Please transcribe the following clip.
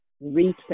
reset